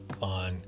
on